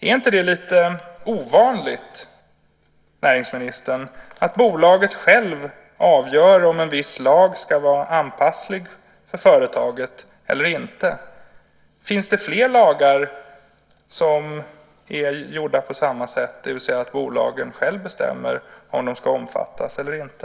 Är det inte lite ovanligt, näringsministern, att bolaget självt avgör om en viss lag ska vara tillämplig på företaget eller inte? Finns det fler lagar som är gjorda på samma sätt, det vill säga att bolagen själva bestämmer om de ska omfattas eller inte?